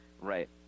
right